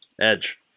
Edge